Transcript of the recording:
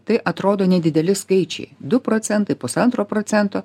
tai atrodo nedideli skaičiai du procentai pusantro procento